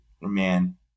Man